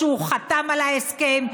שהוא חתם על ההסכם,